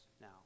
now